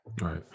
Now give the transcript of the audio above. Right